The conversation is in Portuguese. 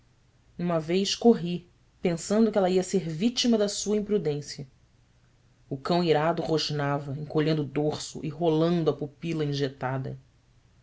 uma vez corri pensando que ela ia ser vítima da sua imprudência o cão irado rosnava encolhendo o dorso e rolando a pupila injetada